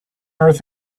earth